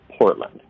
Portland